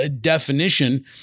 definition